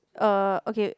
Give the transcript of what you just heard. uh okay